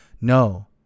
No